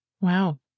Wow